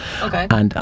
Okay